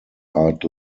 art